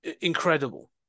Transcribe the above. incredible